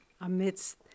amidst